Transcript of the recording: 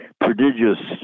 prodigious